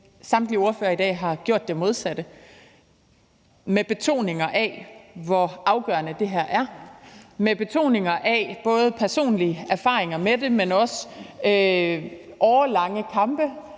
samtlige ordførere i dag har gjort det modsatte med betoninger af, hvor afgørende det her er, og med betoninger af både personlige erfaringer med det, men også med